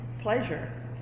pleasure